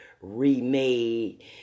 remade